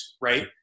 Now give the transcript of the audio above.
right